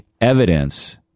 evidence